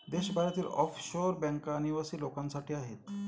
देशभरातील ऑफशोअर बँका अनिवासी लोकांसाठी आहेत